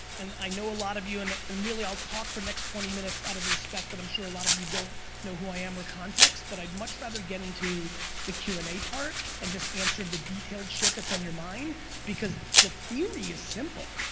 and i know a lot of you, and and really, i'll talk for the next twenty minutes out of the respect that i'm sure a lot of you don't know who i am or context, but i'd much rather get into the q and a part and just answer the detailed shit that's on your mind because the theory is simple.